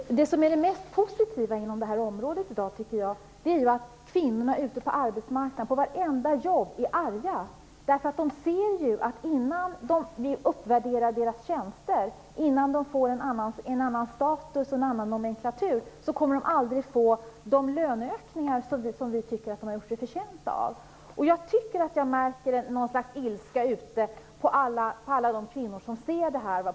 Fru talman! Det som är det mest positiva inom detta område i dag är att kvinnorna ute på arbetsmarknaden på varenda jobb är arga. De ser ju att innan man uppvärderar deras tjänster, innan de får en annan status och en annan nomenklatur, kommer de aldrig att få de löneökningar som vi tycker att de har gjort sig förtjänta av. Jag märker någon slags ilska ute bland alla de kvinnor som ser detta.